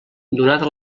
donada